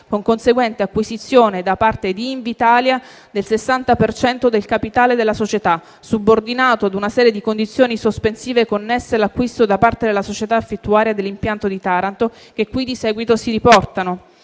con conseguente acquisizione da parte di Invitalia del 60 per cento del capitale della società, subordinato ad una serie di condizioni sospensive connesse all'acquisto da parte della società affittuaria dell'impianto di Taranto che qui di seguito si riportano: